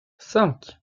cinq